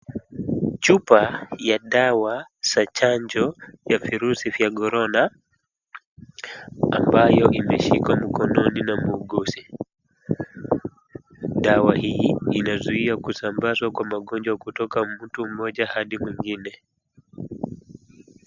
Chupa ya dawa za chanjo ya virusi vya Korona ambayo imeshikwa mkononi na muuguzi. Dawa hii inazuia kusambazwa kwa magonjwa kutoka mtu mmoja hadi mwingine.